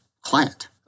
client